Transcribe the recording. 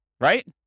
Right